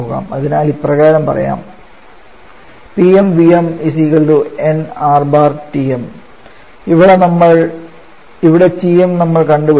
അതിനാൽ ഇപ്രകാരം പറയാം ഇവിടെ Tm നമ്മൾ കണ്ടു പിടിച്ചു